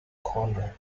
corner